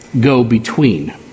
go-between